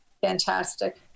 fantastic